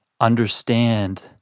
understand